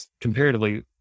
comparatively